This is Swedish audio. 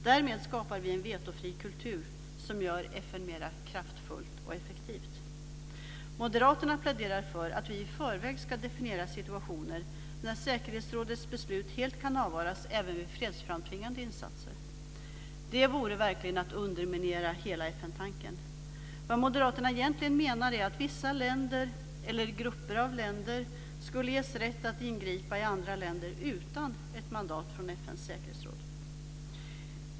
Därmed skapar vi en vetofri kultur som gör FN mer kraftfullt och effektivt. Moderaterna pläderar för att vi i förväg ska definiera situationer där säkerhetsrådets beslut helt kan avvaras även vid fredsframtvingande insatser. Det vore verkligen att underminera hela FN-tanken. Vad Moderaterna egentligen menar är att vissa länder eller grupper av länder skulle ges rätt att ingripa i andra länder utan ett mandat från FN:s säkerhetsråd.